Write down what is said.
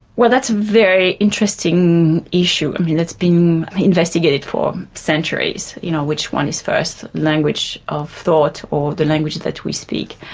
well that's a very interesting issue that's been investigated for centuries you know which one is first, language of thought or the language that we speak.